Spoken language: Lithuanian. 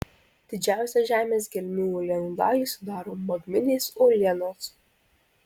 didžiausią žemės gelmių uolienų dalį sudaro magminės uolienos